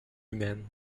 humaine